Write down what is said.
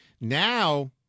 now